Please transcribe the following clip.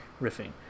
riffing